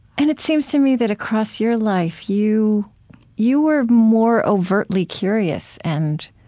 and it seems to me that across your life, you you were more overtly curious and